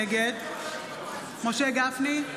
נגד משה גפני,